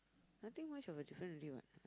nothing much of the difference already what